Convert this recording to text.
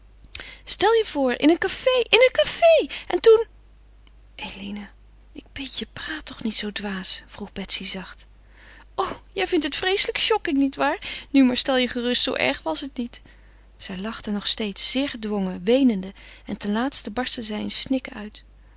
stel je voor in een café in een café en toen eline ik bid je praat toch niet zoo dwaas vroeg betsy zacht o jij vindt het vreeslijk shocking niet waar nu maar stel je gerust zoo erg was het niet zij lachte nog steeds zeer gedwongen weenende en ten laatste barstte zij in snikken uit